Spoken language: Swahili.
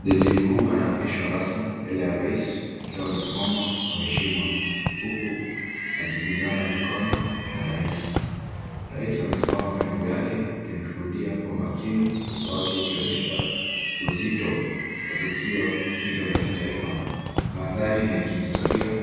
Jaji mkuu anaapishwa rasmi, mbele ya rais, akiwa amesimama Kwa heshima huku akiguzana mikono na rais. Rais amesimama karibu yake akimshuhudia Kwa makini, uso wake ukionyesha uzito wa tukio hilo la kitaifa. Mandhari ni ya kihistoria